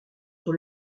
sur